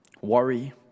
worry